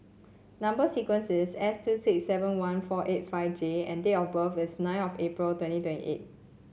number sequence is S two six seven one four eight five J and date of birth is nine of April twenty twenty eight